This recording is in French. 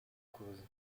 cause